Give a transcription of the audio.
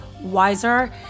wiser